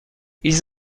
ils